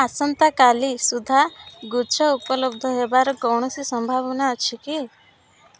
ଆସନ୍ତାକାଲି ସୁଦ୍ଧା ଗୁଚ୍ଛ ଉପଲବ୍ଧ ହେବାର କୌଣସି ସମ୍ଭାବନା ଅଛି କି